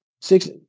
six